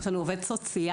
יש לנו עובד סוציאלי,